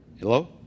Hello